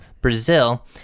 Brazil